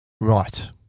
Right